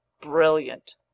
brilliant